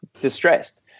distressed